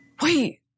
Wait